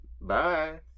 Bye